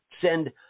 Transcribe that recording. send